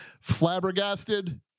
Flabbergasted